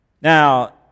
Now